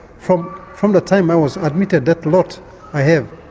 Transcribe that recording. from from the time i was admitted, that lot i have,